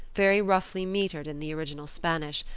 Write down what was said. very roughly metred in the original spanish,